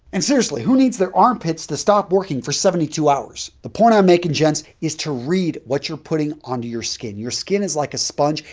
and, seriously, who needs their armpits to stop working for seventy two hours? the point i'm making, gents, is to read what you're putting onto your skin. your skin is like a sponge,